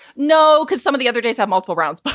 no, because some of the other days have multiple rounds. but